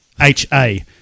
H-A